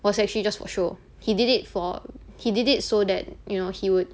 was actually just for show he did it for he did it so that you know he would